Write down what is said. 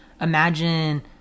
imagine